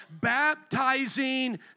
baptizing